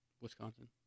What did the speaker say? Wisconsin